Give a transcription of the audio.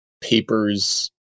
papers